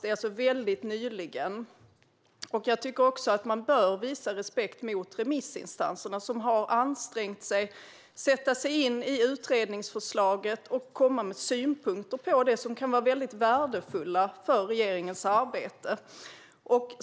Det är alltså väldigt nyligen. Jag tycker också att man bör visa respekt för remissinstanserna som har ansträngt sig för att sätta sig in i utredningsförslaget och komma med synpunkter som kan vara väldigt värdefulla för regeringens arbete.